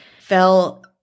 fell